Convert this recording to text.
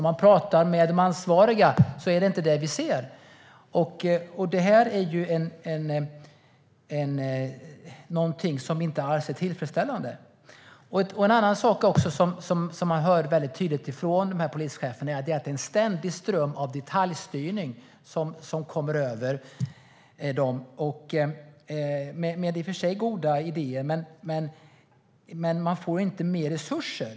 När vi pratar med de ansvariga är det inte det vi ser, och det är något som inte alls är tillfredsställande. En annan sak som man hör väldigt tydligt från de här polischeferna är att det kommer en ständig ström av detaljstyrning över dem, i och för sig med goda idéer, men man får inte mer resurser.